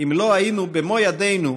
אם לא היינו, במו ידינו,